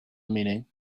meaning